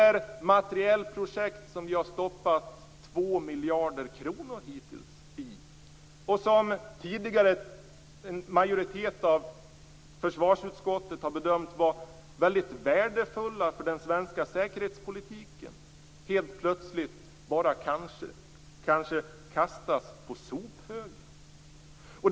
Vi har hittills satsat 2 miljarder kronor för materielprojekt som en majoritet av försvarsutskottet tidigare har bedömt vara väldigt värdefulla för den svenska säkerhetspolitiken. Helt plötsligt skall de kanske nu bara kastas på sophögen.